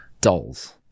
dolls